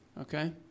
okay